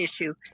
issue